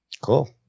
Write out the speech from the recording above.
Cool